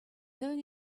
going